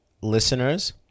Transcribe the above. listeners